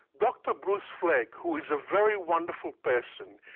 dr bruce flegg, who is a very wonderful person,